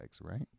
right